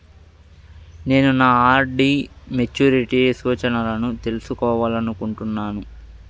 నేను నా RD maturity సూచనలను తెలుసుకోవాలనుకుంటున్నాను